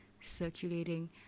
circulating